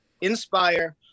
inspire